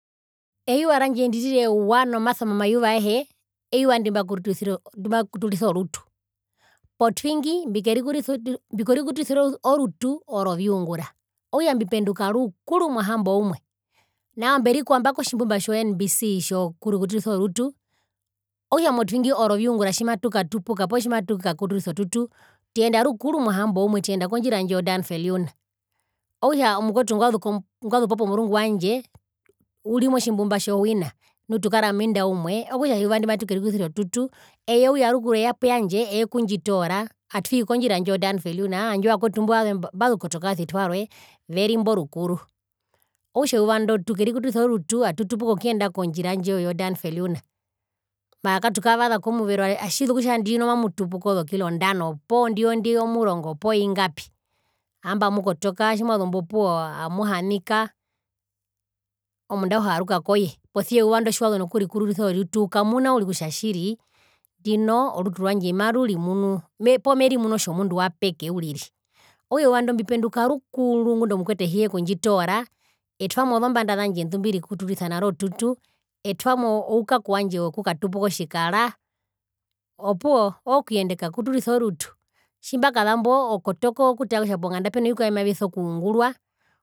Eyuva randje ndirira ewa momayuva wandje ayehe eyuva ndimbakuturisa orutu potwingi mbikerikuturisa orutu oroviungura okutja mbipenduka rukuru mohamboumwe nao mberikwamba tjo nbc tjo kurikuturisa orutu okutja motwingi oroviungura tjimatukatupuka poo tjimatukakuturisa otutu tuyenda rukuru mohamboumwe tuyenda kondjira ndji yo daan viljoen okunatja omukwetu ngwazupo pomurungu wandje uri motjimbumba tjo wina nu tukara munda umwe okutja eyuva ndimatukerikuturisa otutu eye uya rukuru eya poyandje ekundjitoora atwii kondjira ndjo yo daan viljoen handje ovakwetu mbo mbazuko tokaasi twarwe veri mborukuru okutja eyuva ndo tukerikuturisa otutu atutupuka okuyenda ko kondjira ndjo yo daan viljoen mara katukavasa komuvero atjizu kutjandino mamutupuka ozokilo ndano poo ndinondi omurongo poo ingapi hamba amukotoka tjimwazumbo opuwo amuhanika omundu auhe aarukakoye posia eyuva ndo tjiwazu nokurikutura orutu okumuna uriri tjiri ndino orutu rwandje marurimunu poo merimunu otjomundu wapeke uriri okutja eyuva ndo mbipenduka rukuru ngunda omukwetu ehiye kundjitoora etwamo zombanda zandje ndumbirukuturisa naro tutu etwamo oukaku wandje wokukatupuka otjikara opuwo ookuyenda ekakuturisa orutu tjimbakazango ekotoka eekutara kutja ponganda peno vikwae mbimaviso kungurwa.